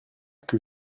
que